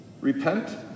Repent